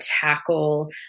tackle